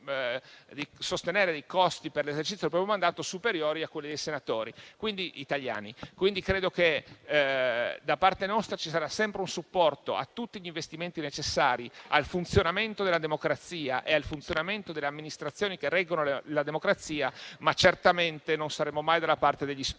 di sostenere dei costi, per l'esercizio del proprio mandato, superiori a quelli dei senatori italiani. Da parte nostra, dunque, ci sarà sempre un supporto a tutti gli investimenti necessari al funzionamento della democrazia e al funzionamento delle amministrazioni che reggono la democrazia, ma certamente non saremo mai dalla parte degli sprechi